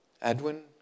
Edwin